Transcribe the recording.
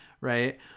Right